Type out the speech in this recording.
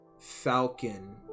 Falcon